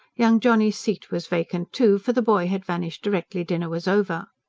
young johnny's seat was vacant, too, for the boy had vanished directly dinner was over.